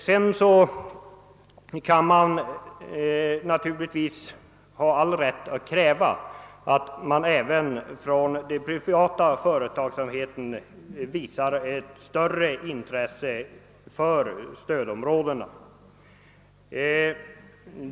Sedan kan vi naturligtvis ha all rätt att kräva att även den privata företagsamheten visar ett större intresse för stödområdena.